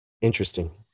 Interesting